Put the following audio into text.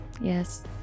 Yes